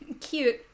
cute